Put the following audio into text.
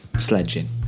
Sledging